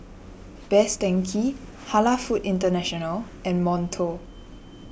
Best Denki Halal Foods International and Monto